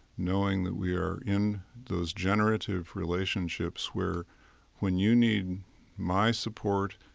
knowing that we are in those generative relationships where when you need my support,